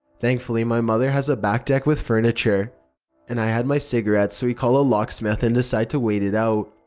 thankfully, my mother has a back deck with furniture and i had my cigarettes so we call a lock smith and decide to wait it out.